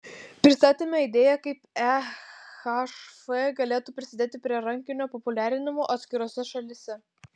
pristatėme idėją kaip ehf galėtų prisidėti prie rankinio populiarinimo atskirose šalyse